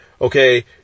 okay